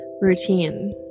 Routine